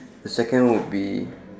the second one would be